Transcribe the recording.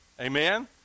Amen